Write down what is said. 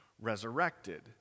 resurrected